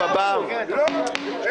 ההצבעה היא רק על הפטור ולא על --- כן.